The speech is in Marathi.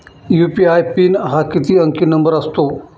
यू.पी.आय पिन हा किती अंकी नंबर असतो?